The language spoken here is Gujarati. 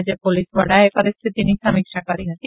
રાપ્ય પોલીસ વડાએ પરિસ્થિતિની સમીક્ષા કરી હતી